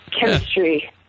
chemistry